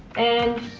and,